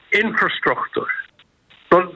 infrastructure